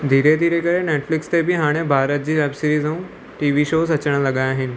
धीरे धीरे करे नैटफ्लिक्स ते बि हाणे भारत जी वैबसीरीस ऐं टीवी शोस अचणु लॻा आहिनि